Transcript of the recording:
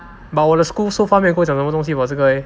but 我的 school so far 没有我讲东西 about 这个 leh